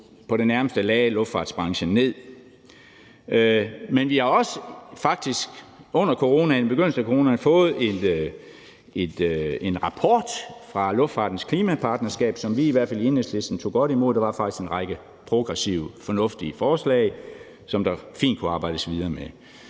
på det nærmeste lagde luftfartsbranchen ned. Men vi har faktisk også i begyndelsen af coronaen fået en rapport fra Luftfartens Klimapartnerskab, som vi i hvert fald i Enhedslisten tog godt imod. Der var faktisk en række progressive og fornuftige forslag, som der fint kunne arbejdes videre med.